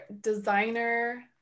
designer